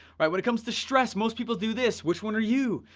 but when it comes to stress, most people do this, which one are you?